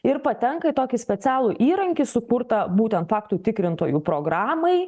ir patenka į tokį specialų įrankį sukurtą būtent faktų tikrintojų programai